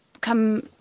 come